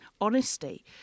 honesty